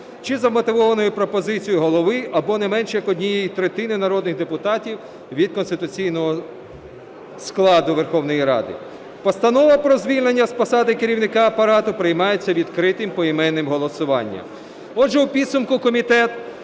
чи за мотивованою пропозицією голови або не менше як однієї третини народних депутатів від конституційного складу Верховної Ради. Постанова про звільнення з посади Керівника Апарату приймається відкритим поіменним голосуванням. Отже, у підсумку комітет